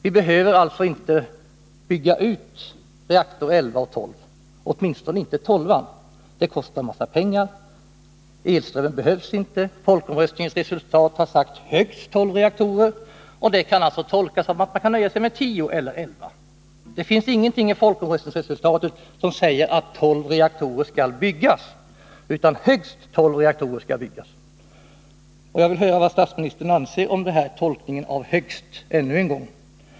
Vi behöver alltså inte bygga ut reaktorerna 11 och 12, åtminstone inte nr 12. Det kostar en massa pengar. Strömmen behövs inte. Folkomröstningens resultat blev ”högst tolv reaktorer”. Det kan tolkas så att man kan nöja sig med tio eller elva reaktorer. Det finns ingenting i folkomröstningens resultat som säger att tolv reaktorer skall byggas, utan högst tolv reaktorer skall byggas. Jag vill höra vad statsministern anser om tolkningen av ”högst tolv” ännu en gång.